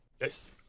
Yes